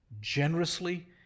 generously